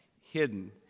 hidden